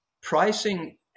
pricing